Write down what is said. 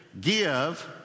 Give